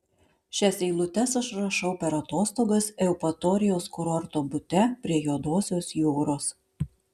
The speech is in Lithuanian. šias eilutes aš rašau per atostogas eupatorijos kurorto bute prie juodosios jūros